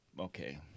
Okay